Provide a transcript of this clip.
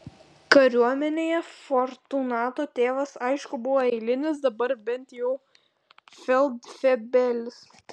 kariuomenėje fortunato tėvas aišku buvo eilinis dabar bent jau feldfebelis